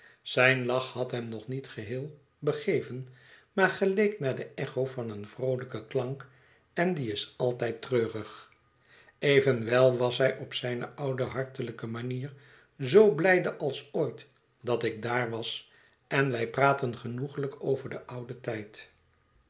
zijn lach had hem nog niet geheel begeven maar geleek naar de echo van een vroolijken klank en die is alijd treurig evenwel was hij op zijne oude hartelijke manier zoo blijde als ooit dat ik daar was en wij praatten genoeglijk over den ouden tijd